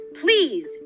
Please